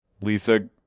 Lisa